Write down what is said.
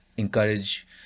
encourage